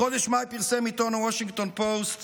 בחודש מאי פרסם העיתון וושינגטון פוסט